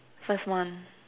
first month